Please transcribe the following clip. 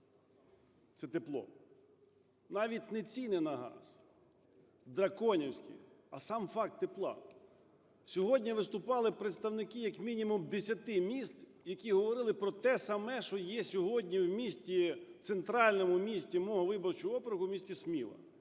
це тепло. Навіть не ціни на газ, драконівські, а сам факт тепла. Сьогодні виступали представники, як мінімум десяти міст, які говорили про те саме, що є сьогодні в місті, центральному місті мого